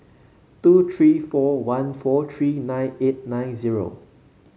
two three four one four three nine eight nine zero